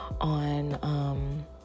on